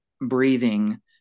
breathing